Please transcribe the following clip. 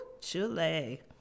chile